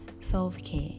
Self-care